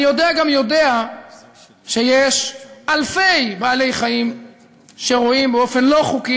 אני יודע גם יודע שיש אלפי בעלי-חיים שרועים באופן לא חוקי